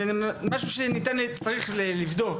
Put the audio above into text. צריך לבדוק,